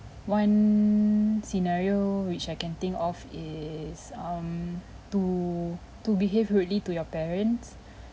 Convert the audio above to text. one scenario which I can think of is um to to behave rudely to your parents